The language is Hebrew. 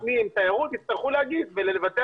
משרד הפנים ומשרד התיירות יצטרכו להגיב ולבצע.